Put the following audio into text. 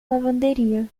lavanderia